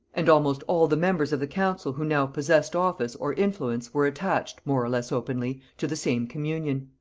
and almost all the members of the council who now possessed office or influence were attached, more or less openly, to the same communion.